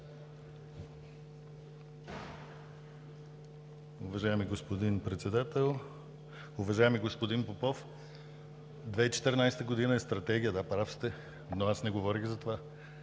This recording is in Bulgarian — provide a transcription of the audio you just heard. Уважаеми господин Председател! Уважаеми господин Попов, 2014 г. е Стратегията, да, прав сте, но не говорих за това.